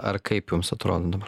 ar kaip jums atrodo dabar